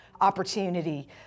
opportunity